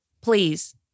please